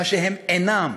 מה שהם אינם